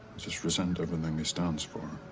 just resent everything he stands for.